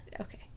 Okay